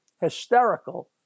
hysterical